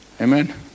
Amen